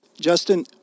Justin